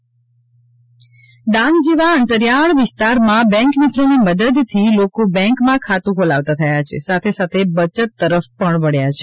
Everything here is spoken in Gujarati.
ડાંગ જનધન યોજના ડાંગ જેવા અંતરિયાળ વિસ્તારમાં બેન્ક મિત્રોની મદદથી લોકો બેંકમાં ખાતું ખોલાવતા થયા છે સાથે સાથે બચત તરફ પણ વબ્યા છે